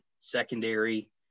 secondary